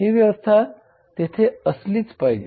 ही व्यवस्था तेथे असली पाहिजे